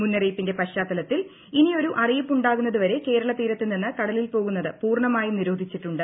മുന്നറിയിപ്പിന്റെ പശ്ചാത്തലത്തിൽ ഇനിയൊരു അറിയിപ്പുണ്ടാകുന്നത് വരെ കേരള തീരത്ത് നിന്ന് കടലിൽ പോകുന്നത് പൂർണ്ണമായും നിരോധിച്ചിട്ടുണ്ട്